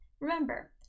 Remember